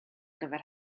gyfer